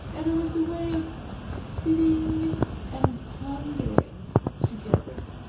and it was a way of sitting and pondering together.